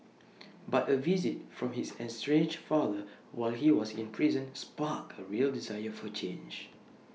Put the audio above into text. but A visit from his estranged father while he was in prison sparked A real desire for change